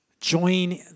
join